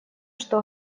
что